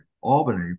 Albany